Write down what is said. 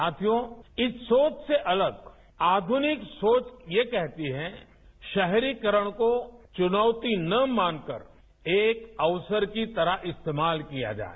साथियों इस सोच से अलग आधुनिक सोच यह कहती है शहरीकरण को चुनौती न मानकर एक अवसर की तरह इस्तेमाल किया जाए